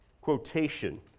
quotation